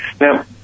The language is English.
Now